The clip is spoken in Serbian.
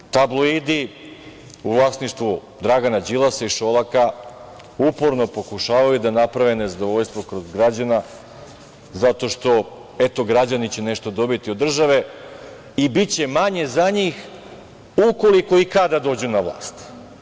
Ali, tabloidi u vlasništvu Dragana Đilasa i Šolaka uporno pokušavaju da naprave nezadovoljstvo kod građana zato što, eto građani će nešto dobiti od države i biće manje za njih ukoliko i kada dođu na vlast.